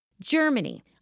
Germany